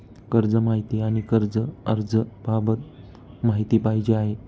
कर्ज माहिती आणि कर्ज अर्ज बाबत माहिती पाहिजे आहे